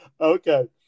Okay